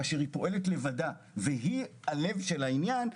כאשר היא פועלת לבדה והיא הלב של העניין,